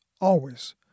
Always